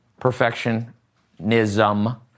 perfectionism